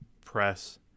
Press